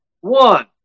One